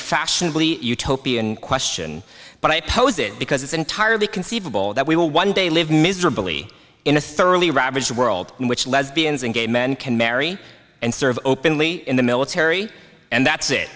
fashionably utopian question but i oppose it because it's entirely conceivable that we will one day live miserably in a thoroughly ravaged world in which lesbians and gay men can marry and serve openly in the military and that's it